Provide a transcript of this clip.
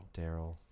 Daryl